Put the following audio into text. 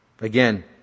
Again